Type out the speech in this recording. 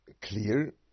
clear